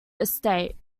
estate